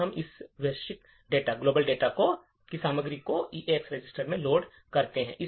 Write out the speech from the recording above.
अब हम उस वैश्विक डेटा की सामग्री को ईएएक्स रजिस्टर में लोड करते हैं